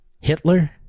Hitler